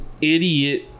idiot